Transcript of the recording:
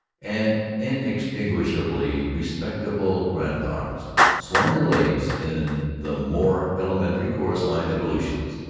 and inextinguishably respectable grandams swung their legs in the more elementary chorus-evolutions,